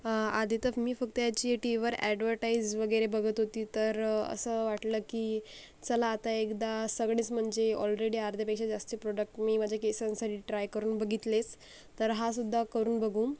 आधी तर मी फक्त याची टी व्हीवर ॲडव्हरटाईज वगैरे बघत होती तर असं वाटलं की चला आता एकदा सगळेच म्हणजे ऑलरेडी अर्ध्यापेक्षा जास्त प्रॉडक्ट मी माझ्या केसांसाठी ट्राय करून बघितले तर हासुद्धा करून बघू